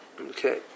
Okay